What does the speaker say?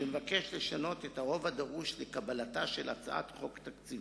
שמבקש לשנות את הרוב הדרוש לקבלתה של הצעת חוק תקציבית.